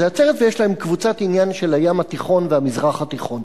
עצרת ויש להם קבוצת עניין של הים התיכון והמזרח התיכון.